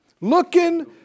Looking